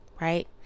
Right